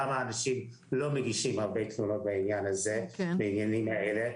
למה אנשים לא מגישים הרבה תלונות בעניינים הללו.